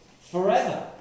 forever